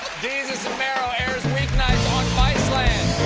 desus and mero airs week nights on viceland!